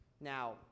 Now